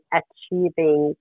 achieving